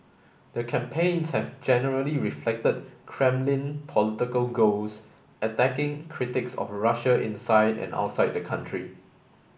the campaigns have generally reflected Kremlin political goals attacking critics of Russia inside and outside the country